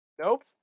Nope